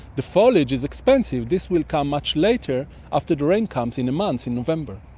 the foliage is expensive, this will come much later after the rain comes in a month in november.